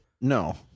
No